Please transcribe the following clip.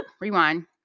rewind